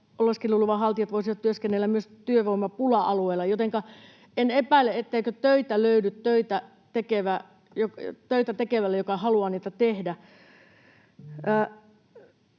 oleskeluluvan haltijat voisivat työskennellä myös työvoimapula-alueella, jotenka en epäile, etteikö töitä löydy sille töitä tekevälle, joka haluaa niitä tehdä.